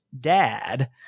dad